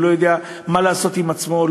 הוא לא יודע מה לעשות עם עצמו,